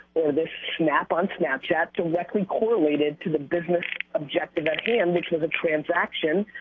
or this snap on snapchat, directly correlated to the business objective at hand, which is a transaction,